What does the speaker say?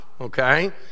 okay